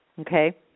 Okay